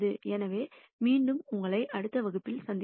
எனவே மீண்டும் உங்களை அடுத்த வகுப்பில் பார்ப்பேன்